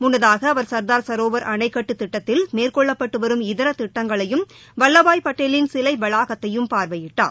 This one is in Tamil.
முன்னதாக அவர் சர்தார் சரோவர் அணைக்கட்டு திட்டத்தில் மேற்கொள்ளப்பட்டு வரும் இதர திட்டங்களையும் வல்லபாய் படேலின் சிலை வளாகத்தையும் பார்வையிட்டார்